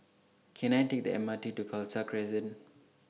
Can I Take The M R T to Khalsa Crescent